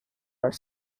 are